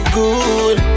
good